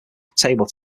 table